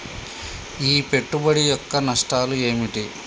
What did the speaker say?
ఈ పెట్టుబడి యొక్క నష్టాలు ఏమిటి?